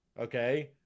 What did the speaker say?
okay